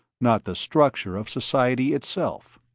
not the structure of society itself.